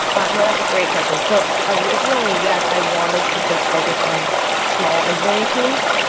ah you know that's a great question. so originally yes, i wanted to just focus on small engineering teams.